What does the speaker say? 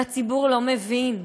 והציבור לא מבין,